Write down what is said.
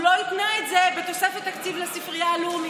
הוא לא התנה את זה בתוספת תקציב לספרייה הלאומית.